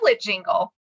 Jingle